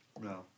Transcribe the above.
No